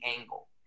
angle